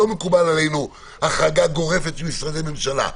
לא מקובלת עלינו החרגה גורפת של משרדי ממשלה.